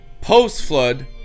post-flood